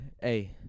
Hey